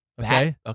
Okay